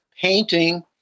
Painting